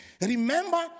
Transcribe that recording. Remember